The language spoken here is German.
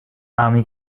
army